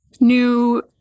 new